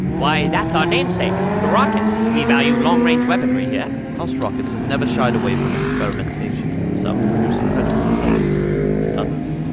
why, that's our namesake. the rocket. we value long-range weaponry here house rockets has never shied away from experimentation some produce incredible results and others.